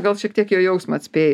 gal šiek tiek jo jausmą atspėji